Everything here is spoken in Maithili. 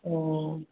हँ